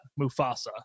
Mufasa